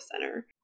Center